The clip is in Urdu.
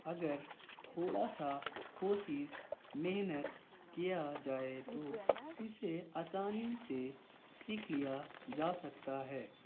اگر تھوڑا سا کوشش محنت کیا جائے تو اسے آسانی سے سیکھ لیا جا سکتا ہے